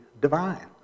divine